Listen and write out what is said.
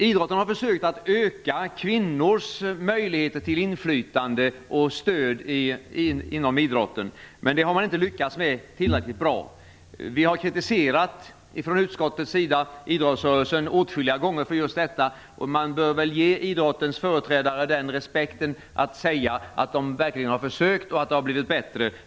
Idrotten har försökt att öka kvinnors möjligheter till inflytande och stöd inom idrotten, men man har inte lyckats tillräckligt bra. Vi i utskottet har åtskilliga gånger kritiserat idrottsrörelsen för just detta. Men man bör visa idrottens företrädare respekt genom att säga att de verkligen har försökt och att det har blivit bättre.